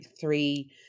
three